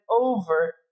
over